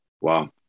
Wow